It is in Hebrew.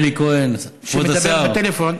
אלי כהן, כבוד השר.